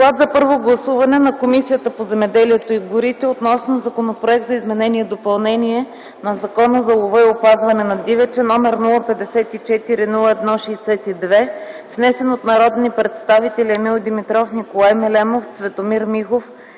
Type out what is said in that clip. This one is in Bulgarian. „ДОКЛАД за първо гласуване на Комисията по земеделието и горите относно Законопроект за изменение и допълнение на Закона за лова и опазване на дивеча, № 054-01-62, внесен от народните представители Емил Димитров, Николай Мелемов, Цветомир Михов